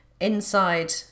inside